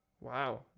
Wow